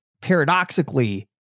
paradoxically